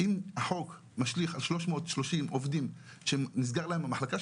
אם החוק משליך על 330 עובדים שנסגר להם המחלקה,